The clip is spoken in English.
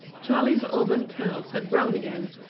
charley's auburn curls had grown again,